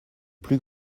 plus